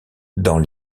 dans